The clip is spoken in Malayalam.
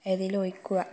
അതിൽ ഒഴിക്കുക